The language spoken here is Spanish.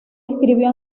escribió